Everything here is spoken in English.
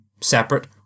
separate